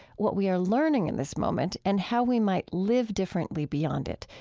what we are learning in this moment, and how we might live differently beyond it,